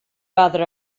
rather